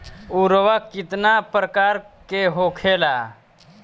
उर्वरक कितना प्रकार के होखेला?